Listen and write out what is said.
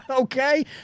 Okay